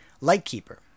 lightkeeper